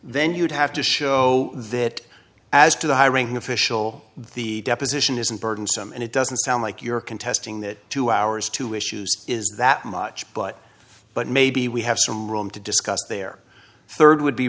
then you'd have to show that as to the hiring official the deposition isn't burdensome and it doesn't sound like you're contesting that two hours to issues is that much but but maybe we have some room to discuss their third would be